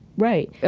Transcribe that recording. right.